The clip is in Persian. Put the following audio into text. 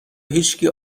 هیچکی